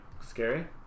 scary